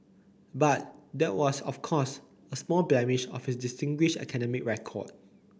but that was of course a small blemish of his distinguished academic record